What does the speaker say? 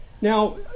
Now